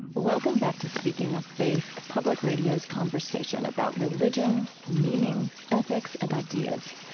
welcome back to speaking of faith, public radio's conversation about religion, meaning, ethics, and ideas.